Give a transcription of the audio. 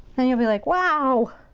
and you'll be like, wow!